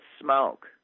smoke